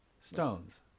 Stones